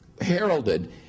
heralded